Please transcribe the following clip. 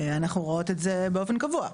אנחנו רואות את זה באופן קבוע,